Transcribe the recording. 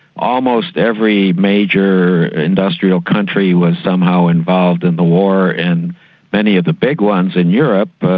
almost every major industrial country was somehow involved in the war and many of the big ones in europe,